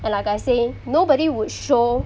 and like I say nobody would show